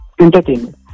entertainment